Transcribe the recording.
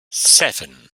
seven